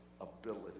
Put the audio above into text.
ability